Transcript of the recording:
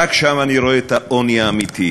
רק שם אני רואה את העוני האמיתי.